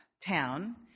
town